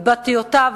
התבטאויותיו,